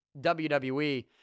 WWE